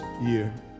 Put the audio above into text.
year